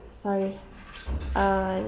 sorry uh